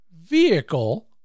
vehicle